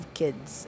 kids